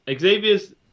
Xavier's